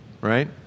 right